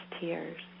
tears